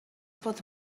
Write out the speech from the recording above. pot